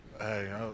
hey